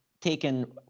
taken